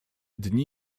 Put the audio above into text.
dni